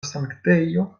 sanktejo